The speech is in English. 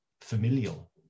familial